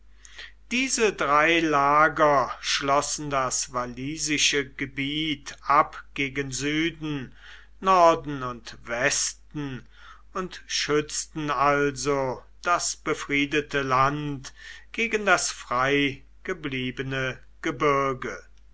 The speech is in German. diese drei lager schlossen das walisische gebiet ab gegen süden norden und westen und schützten also das befriedete land gegen das frei gebliebene gebirge